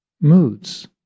moods